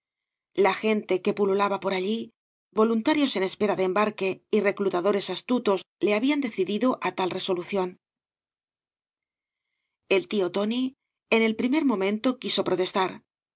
la gente que pululaba por allí voluntarios en espera de embarque y reclutadores astutos le habían decidido á tal resolución el tío tóai en el primer momento quiso protestar el